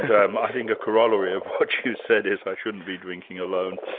and um i think a corollary of what you said is i shouldn't be drinking alone.